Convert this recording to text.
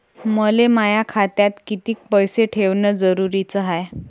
मले माया खात्यात कितीक पैसे ठेवण जरुरीच हाय?